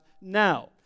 now